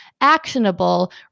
actionable